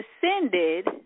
Descended